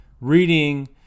Reading